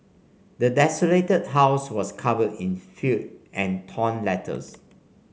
the desolated house was covered in filth and torn letters